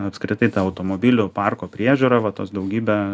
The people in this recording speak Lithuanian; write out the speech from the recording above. apskritai ta automobilių parko priežiūra va tos daugybė